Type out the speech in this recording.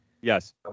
Yes